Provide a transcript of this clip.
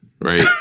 right